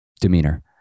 demeanor